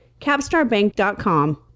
capstarbank.com